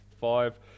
five